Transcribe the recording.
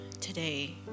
today